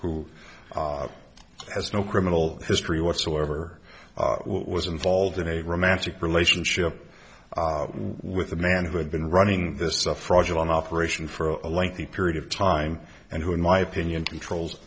who has no criminal history whatsoever was involved in a romantic relationship with a man who had been running this stuff fraudulent operation for a lengthy period of time and who in my opinion controls